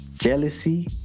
jealousy